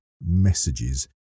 messages